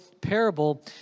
parable